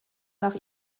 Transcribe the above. nach